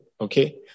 okay